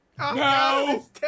No